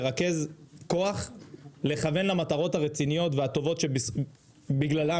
לרכז כוח לכוון למטרות הרציניות והטובות שבגללן,